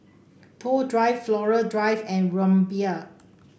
Toh Drive Flora Drive and Rumbia